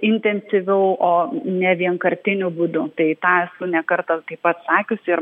intensyviau o ne vienkartiniu būdu tai tą esu ne kartą taip pat sakius ir